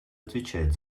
отвечать